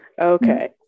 okay